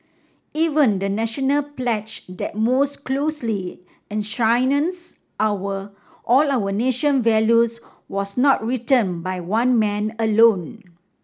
even the National pledge that most closely enshrines our all our nation values was not written by one man alone